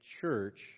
church